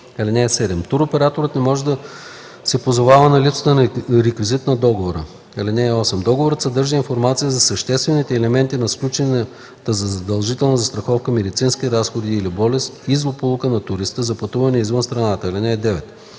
чл. 84. (7) Туроператорът не може да се позовава на липсата на реквизит на договора. (8) Договорът съдържа информация за съществените елементи на сключената задължителна застраховка „медицински разходи или болест и злополука на туриста” за пътувания извън страната. (9)